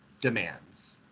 demands